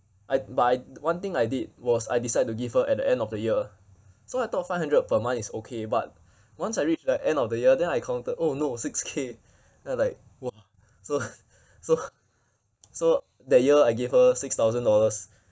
I but I one thing I did was I decide to give her at the end of the year so I thought five hundred per month is okay but once I reach the end of the year then I counted oh no six K then I'm like !wah! so so so that year I gave her six thousand dollars